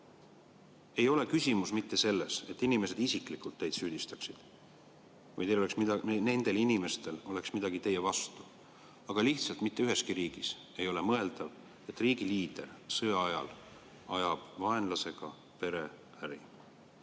ei ole küsimus mitte selles, et inimesed isiklikult teid süüdistaksid või et nendel inimestel oleks midagi teie vastu, aga lihtsalt mitte üheski riigis ei ole mõeldav, et riigi liider ajab sõja ajal vaenlasega pereäri.